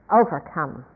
overcome